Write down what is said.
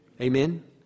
Amen